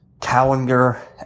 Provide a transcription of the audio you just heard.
calendar